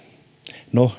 no